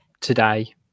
today